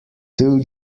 two